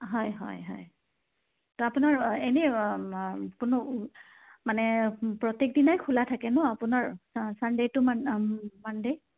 হয় হয় হয় ত' আপোনাৰ এনেই কোনো মানে প্ৰত্যেকদিনাই খোলা থাকে নহ্ আপোনাৰ ছানডে টু মান মানডে